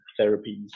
therapies